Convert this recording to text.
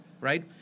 right